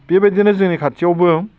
बेबायदिनो जोंनि खाथियावबो